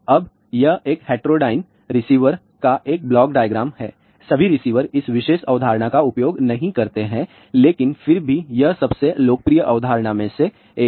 अब यह एक हेट्रोडाइन रिसीवर का एक ब्लॉक डायग्राम है सभी रिसीवर इस विशेष अवधारणा का उपयोग नहीं करते हैं लेकिन फिर भी यह सबसे लोकप्रिय अवधारणा में से एक है